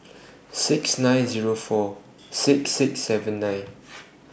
six nine Zero four six six seven nine